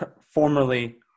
formerly